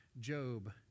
Job